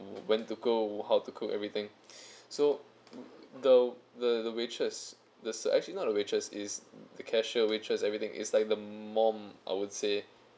when to cook how to cook everything so the the waitress the s~ actually not the waitress is the cashier waitress everything is like the mom I would say